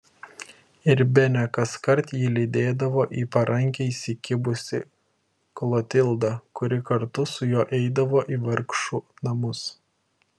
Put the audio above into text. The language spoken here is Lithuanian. ir bene kaskart jį lydėdavo į parankę įsikibusi klotilda kuri kartu su juo eidavo į vargšų namus